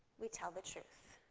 we tell the truth.